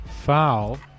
Foul